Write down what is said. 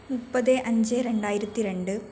മുപ്പത് അഞ്ച് രണ്ടായിത്തി രണ്ട്